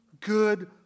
good